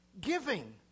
Giving